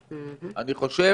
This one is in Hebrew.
אני חושב